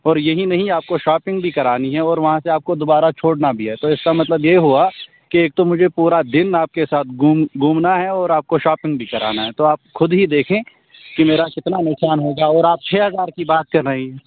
اور یہی نہیں آپ کو شاپنگ بھی کرانی ہے اور وہاں سے آپ کو دوبارہ چھوڑنا بھی ہے تو اس کا مطلب یہ ہوا کہ ایک تو مجھے پورا دن آپ کے ساتھ گھوم گھومنا ہے اور آپ کو شاپنگ بھی کرانا ہے تو آپ خود ہی دیکھیں کہ میرا کتنا نقصان ہوگا اور آپ چھ ہزار کی بات کر رہیں